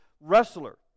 wrestler